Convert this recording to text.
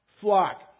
flock